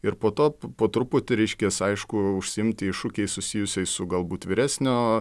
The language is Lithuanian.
ir po to po truputį reiškias aišku užsiimti iššūkiais susijusiais su galbūt vyresnio